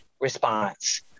response